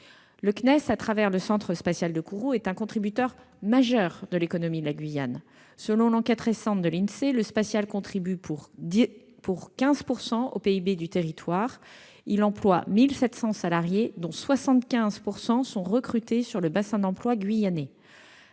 Le CNES, au travers du Centre spatial de Kourou, est un contributeur majeur de l'économie de la Guyane. Selon l'enquête récente de l'INSEE, le spatial contribue pour 15 % au PIB du territoire. Il emploie 1 700 salariés, dont 75 % sont recrutés sur le bassin d'emploi guyanais.